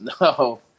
no